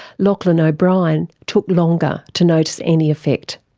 lachlan o'brien took longer to notice any effect.